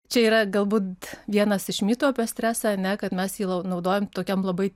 čia yra galbūt vienas iš mitų apie stresą ane kad mes jį lau naudojam tokiam labai